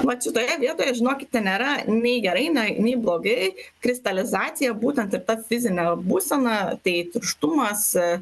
mat šitoje vietoje žinokite nėra nei gerai nai nei blogai kristalizacija būtent ir ta fizinė būsena tai tirštumas a